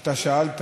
אתה שאלת